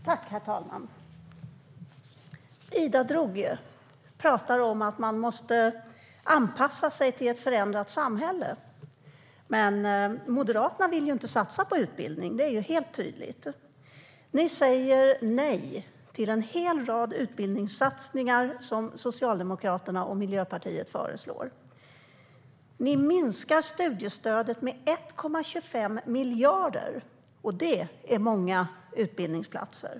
Herr talman! Ida Drougge talar om att man måste anpassa sig till ett förändrat samhälle. Men Moderaterna vill inte satsa på utbildning. Det är helt tydligt. Ni säger nej till en hel rad utbildningssatsningar som Socialdemokraterna och Miljöpartiet föreslår. Ni minskar studiestödet med 1,25 miljarder, och det är många utbildningsplatser.